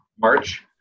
March